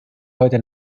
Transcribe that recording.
heute